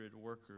workers